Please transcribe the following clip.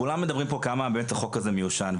כולם מדברים פה כמה באמת החוק הזה מיושן,